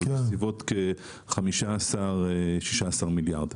בסביבות 15,16 מיליארד.